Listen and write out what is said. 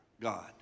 God